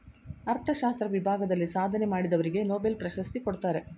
ಅರ್ಥಶಾಸ್ತ್ರ ವಿಭಾಗದಲ್ಲಿ ಸಾಧನೆ ಮಾಡಿದವರಿಗೆ ನೊಬೆಲ್ ಪ್ರಶಸ್ತಿ ಕೊಡ್ತಾರೆ